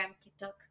TikTok